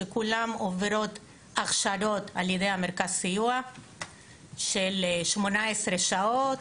שכולן עוברות הכשרות על ידי מרכז הסיוע של 18 שעות,